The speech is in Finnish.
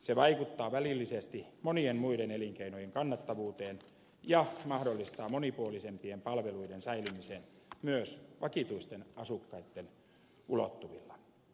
se vaikuttaa välillisesti monien muiden elinkeinojen kannattavuuteen ja mahdollistaa monipuolisempien palveluiden säilymisen myös vakituisten asukkaitten ulottuvilla